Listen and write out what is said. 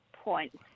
points